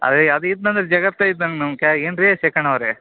ಅದೇ ಅದು ಇದ್ನಂದ್ರೆ ಜಗತ್ತೇ ಇದ್ದಂಗೆ ನಮ್ಮ ಕೈಯಾಗ ಏನು ರೀ ಚಿಕ್ಕಣ್ಣಾವ್ರೇ